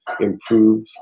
improve